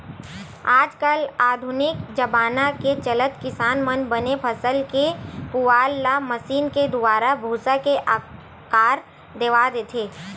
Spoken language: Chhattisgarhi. आज कल आधुनिक जबाना के चलत किसान मन बने फसल के पुवाल ल मसीन के दुवारा भूसा के आकार देवा देथे